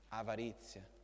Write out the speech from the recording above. avarizia